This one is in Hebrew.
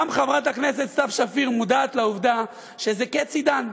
גם חברת הכנסת סתיו שפיר מודעת לעובדה שזה קץ עידן,